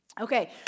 Okay